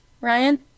Ryan